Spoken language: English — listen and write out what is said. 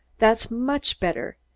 that's much better.